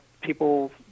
people